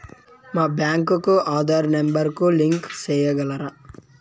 మా బ్యాంకు కు ఆధార్ నెంబర్ కు లింకు సేయగలరా?